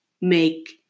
make